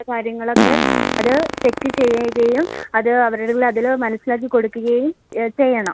കാര്യങ്ങളൊക്കെ അവർ സെറ്റ് ചെയ്യുകയും അത് അവരിലതിൽ മനസ്സിലാക്കി കൊടുക്കുകയും ചെയ്യണം